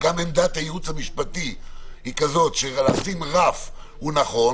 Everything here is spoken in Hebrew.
וגם עמדת הייעוץ המשפטי היא כזאת שלשים רף זה נכון.